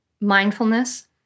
mindfulness